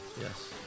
Yes